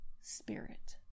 spirit